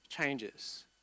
changes